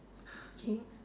okay